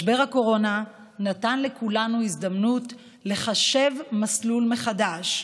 משבר הקורונה נתן לכולנו הזדמנות לחשב מסלול מחדש.